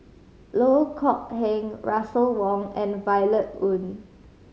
Loh Kok Heng Russel Wong and Violet Oon